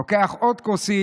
לוקח עוד כוסית,